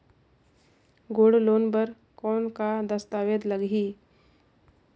Gold loan बर कौन का दस्तावेज लगही?